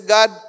God